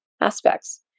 aspects